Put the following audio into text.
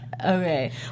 Okay